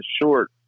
short